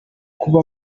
kuva